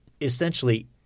essentially